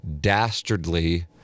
dastardly